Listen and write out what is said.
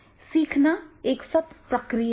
सीखना एक सतत प्रक्रिया है